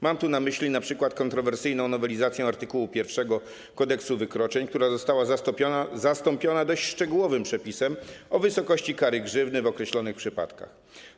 Mam tu na myśli np. kontrowersyjną nowelizację art. 1 Kodeksu wykroczeń, która została zastąpiona dość szczegółowym przepisem o wysokości kary grzywny w określonych przypadkach.